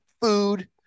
food